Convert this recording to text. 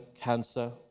cancer